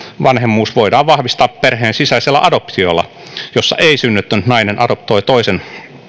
vanhemmuus voidaan vahvistaa perheen sisäisellä adoptiolla jossa ei synnyttänyt nainen adoptoi toisen